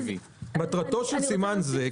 מטרתו של סימן זה,